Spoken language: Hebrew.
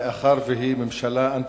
מאחר שהיא ממשלה אנטי-חברתית,